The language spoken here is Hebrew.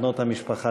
בנות המשפחה,